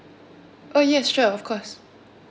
oh yes sure of course